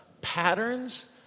patterns